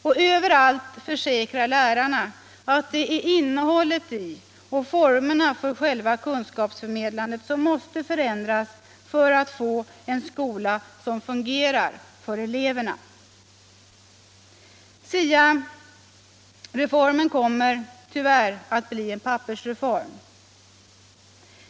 Och överallt försäkrar lärarna att det är innehållet i och formerna för själva kunskapsförmedlandet som måste förändras för att få en skola som fungerar för eleverna. SIA-reformen kommer tyvärr att bli en pappersreform.